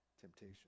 temptation